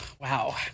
wow